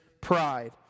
pride